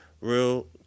real